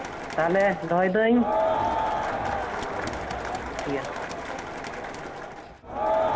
ᱛᱟᱞᱦᱮ ᱫᱚᱦᱚᱭᱮᱫᱟᱹᱧ ᱴᱷᱤᱠ ᱜᱮᱭᱟ